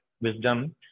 wisdom